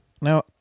Now